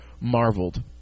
marveled